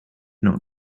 not